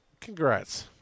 congrats